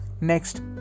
Next